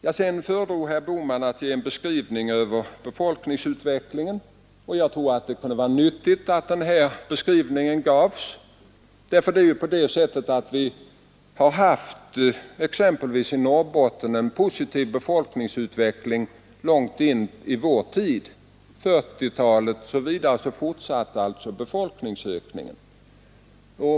Herr Bohman föredrog att ge en beskrivning över befolkningsutvecklingen. Jag tror att det var nyttigt att denna beskrivning gavs. Vi har exempelvis i Norrbotten haft en positiv befolkningsutveckling långt in i vår tid. Under 1940-talet och vidare framåt fortsatte befolkningsökningen.